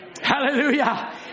Hallelujah